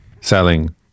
selling